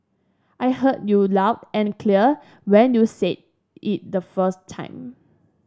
I heard you loud and clear when you said it the first time